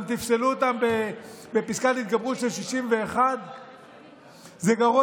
אתם תפסלו אותם בפסקת התגברות של 61. זה גרוע